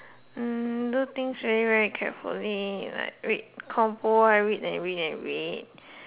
hmm do things very very carefully like read compo I read and read and read